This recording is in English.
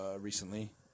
recently